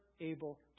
able